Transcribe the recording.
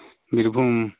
Birbhum